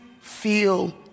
feel